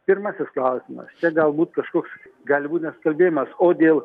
pirmasis klausimas čia galbūt kažkoks gali būti nesusikalbėjimas o dėl